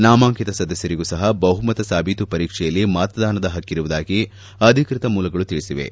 ನಾಮಾಂಕಿತ ಸದಸ್ಕರಿಗೂ ಸಹ ಬಹುಮತ ಸಾಬೀತು ಪರೀಕ್ಷೆಯಲ್ಲಿ ಮತದಾನದ ಹಕ್ಕಿರುವುದಾಗಿ ಅಧಿಕೃತ ಮೂಲಗಳು ತಿಳಿಸಿವೆ